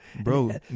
bro